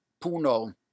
Puno